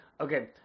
Okay